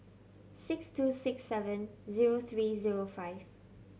six two six seven zero three zero five